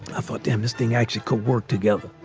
i thought damnedest thing actually could work together